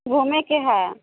घूमयके हए